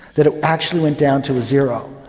that it actually went down to a zero.